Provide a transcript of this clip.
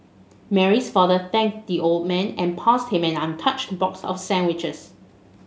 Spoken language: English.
Mary's father thanked the old man and passed him an untouched box of sandwiches